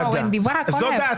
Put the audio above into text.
פרופסור איינהורן דיברה יותר.